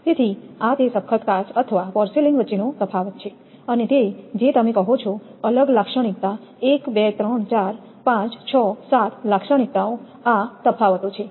તેથી આ તે સખત કાચ અથવા પોર્સેલેઇન વચ્ચેનો તફાવત છે અને તે જે તમે કહો છો અલગ લાક્ષણિકતા 1 2 3 4 5 6 7 લાક્ષણિકતાઓ આ તફાવતો છે